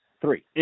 three